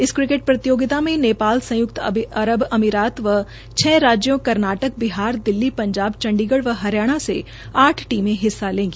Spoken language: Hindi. इस क्रिकेट प्रतियोगिता में नेपाल संय्क्त अरब अमीरात और छ राज्यों कर्नाटक बिहार दिल्ली पंजाब चंडीगढ़ और हरियाणा से आठ टीमें हिस्सा लेंगी